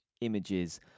images